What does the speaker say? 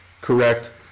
correct